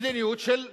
מדיניות של שלום,